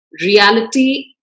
reality